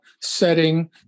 setting